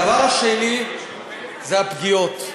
הדבר השני זה הפגיעות.